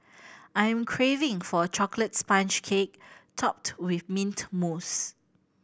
I'm craving for a chocolate sponge cake topped with mint mousse